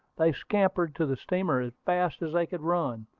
they scampered to the steamer as fast as they could run.